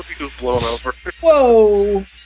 Whoa